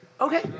Okay